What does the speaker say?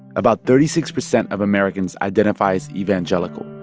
about thirty six percent of americans identify as evangelical.